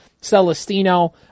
Celestino